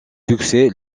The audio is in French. succès